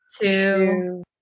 two